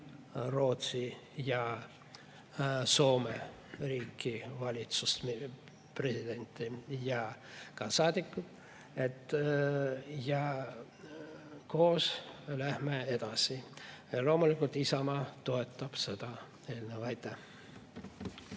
Rootsi ja Soome riiki, valitsust, presidenti ja ka saadikuid. Koos läheme edasi. Loomulikult Isamaa toetab seda